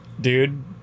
dude